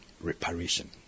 reparation